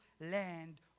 land